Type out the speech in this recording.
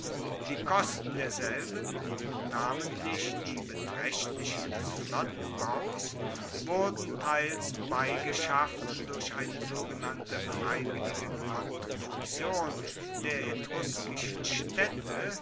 die kosten derselben namentlich die betraechtlichen des flottenbaus wurden teils beigeschafft durch eine sogenannte freiwillige kontribution der etruskischen staedte